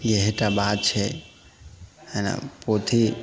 इएह टा बात छै पोथी